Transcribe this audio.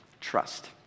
trust